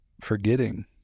Forgetting